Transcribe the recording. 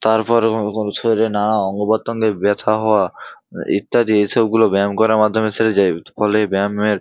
তারপর ও শরীরে নানা অঙ্গপ্রত্যঙ্গের ব্যথা হওয়া ইত্যাদি এসবগুলো ব্যায়াম করার মাধ্যমে সেরে যায় ফলে ব্যায়ামের